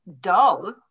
dull